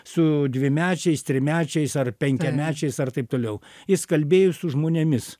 su dvimečiais trimečiais ar penkiamečiais ar taip toliau jis kalbėjo su žmonėmis